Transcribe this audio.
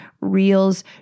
Reels